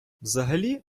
взагалі